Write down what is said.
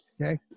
Okay